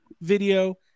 video